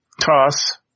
Toss